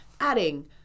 adding